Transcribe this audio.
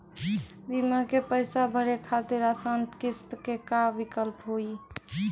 बीमा के पैसा भरे खातिर आसान किस्त के का विकल्प हुई?